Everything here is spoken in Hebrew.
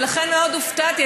ולכן מאוד הופתעתי,